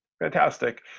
Fantastic